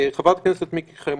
חברת הכנסת מיקי חיימוביץ',